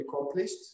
accomplished